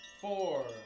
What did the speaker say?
four